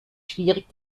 schwierig